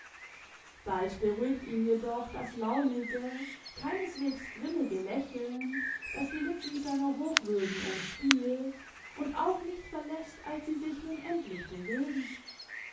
bald beruhigt ihn jedoch das launige keineswegs grimmige lächeln das die lippen seiner hochwürden umspielt und auch nicht verläßt als sie sich nun endlich bewegen